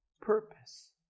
purpose